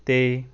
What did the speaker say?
ਤੇ